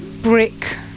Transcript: brick